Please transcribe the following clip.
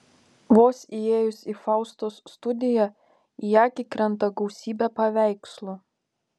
vos įėjus į faustos studiją į akį krenta gausybė paveikslų